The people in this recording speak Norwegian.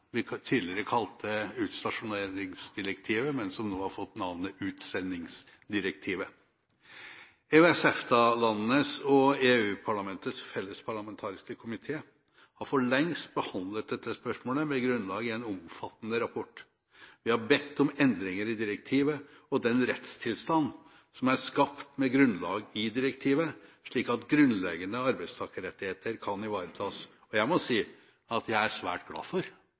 vi tidligere kalte utstasjoneringsdirektivet, men som nå har fått navnet utsendingsdirektivet. EØS/EFTA-landenes og EU-landenes felles parlamentariske komité har forlengst behandlet dette spørsmålet med grunnlag i en omfattende rapport. Vi har bedt om endringer i direktivet og den rettstilstand som er skapt med grunnlag i direktivet, slik at grunnleggende arbeidstakerrettigheter kan ivaretas. Jeg er svært glad for at det nå er